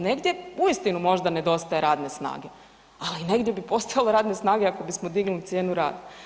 Negdje uistinu možda nedostaje radne snage, ali negdje bi postojalo radne snage ako bismo dignuli cijenu rada.